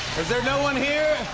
there no one here?